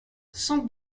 cent